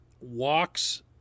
walks